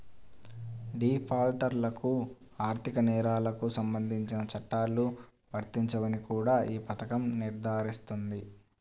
డిఫాల్టర్లకు ఆర్థిక నేరాలకు సంబంధించిన చట్టాలు వర్తించవని కూడా ఈ పథకం నిర్ధారిస్తుంది